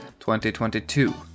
2022